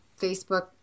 Facebook